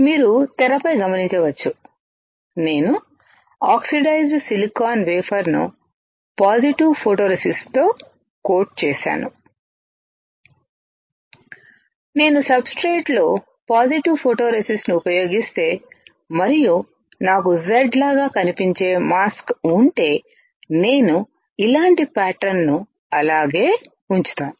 మీరు తెరపై గమనించ వచ్చు నేను ఆక్సిడైజ్డ్ సిలికాన్ వేఫర్ ను పాజిటివ్ ఫోటోరేసిస్ట్తో కోట్ చేసాను నేను సబ్స్ట్రేట్లో పాజిటివ్ ఫోటోరేసిస్ట్ను ఉపయోగిస్తే మరియు నాకు Z లాగా కనిపించే మాస్క్ ఉంటే నేను ఇలాంటి ప్యాటర్న్ ను అలాగే ఉంచుతాను